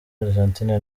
argentine